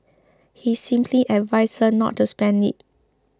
he simply advised her not to spend it